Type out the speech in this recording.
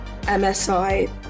MSI